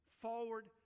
forward